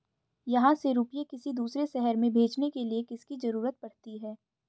यहाँ से रुपये किसी दूसरे शहर में भेजने के लिए किसकी जरूरत पड़ती है?